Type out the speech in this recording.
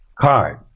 card